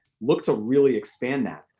look to really expand that.